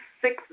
six